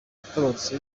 yaratabarutse